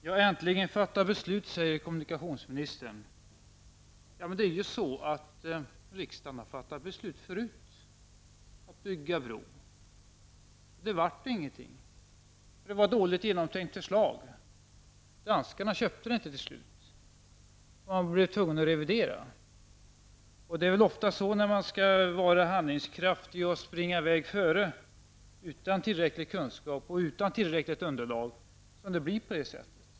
Herr talman! Vi har äntligen fattat beslut, säger kommunikationsministern. Men riksdagen har fattat beslut förut att bygga en bro. Det blev ingenting, för det var ett dåligt förslag och danskarna köpte det inte. Man blev tvungen att revidera. Det är väl ofta så när man skall vara handlingskraftig och springa i väg före utan tillräcklig kunskap och utan tillräckligt underlag.